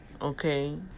Okay